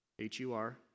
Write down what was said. H-U-R